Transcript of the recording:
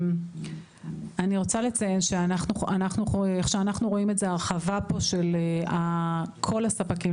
אני רוצה לציין שאנחנו רואים את זה הרחבה פה של כל הספקים,